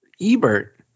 Ebert